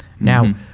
now